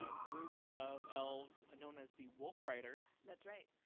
ah group of elves ah known as the wolfriders, that's right.